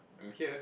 I'm here